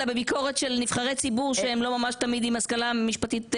אלא בביקורת של נבחרי ציבור שהם לא ממש תמיד עם השכלה משפטית רלוונטית.